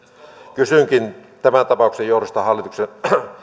kysynkin tämän tapauksen johdosta